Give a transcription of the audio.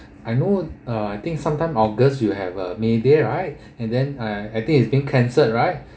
I know uh I think sometime august you'll have a mayday right and then I I think it's being cancelled right